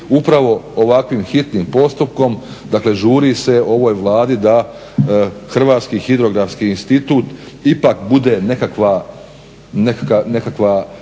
upravo ovakvim hitnim postupkom, dakle žuri se ovoj Vladi da Hrvatski hidrografski institut ipak bude nekakva